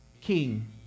king